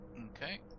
Okay